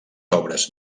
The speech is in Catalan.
obres